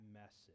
message